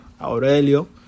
Aurelio